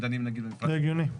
לא הגיוני.